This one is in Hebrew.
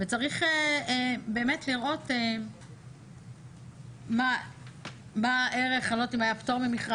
צריך באמת לראות מה הערך אני לא יודעת אם היה פטור ממכרז,